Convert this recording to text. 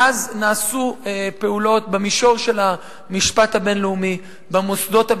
מאז נעשו פעולות במישור של המשפט הבין-לאומי במוסדות הבין-לאומיים.